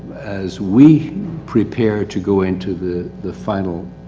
as we prepare to go into the the final.